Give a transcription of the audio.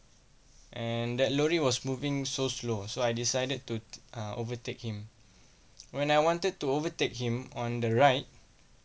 and that lorry was moving so slow so I decided to uh overtake him when I wanted to overtake him on the right